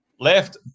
Left